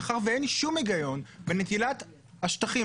מאחר ואין שום היגיון בנטילת השטחים